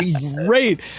great